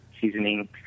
seasoning